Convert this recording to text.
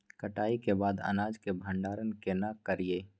कटाई के बाद अनाज के भंडारण केना करियै?